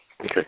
Okay